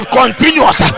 continuous